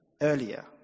earlier